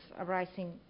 arising